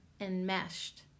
enmeshed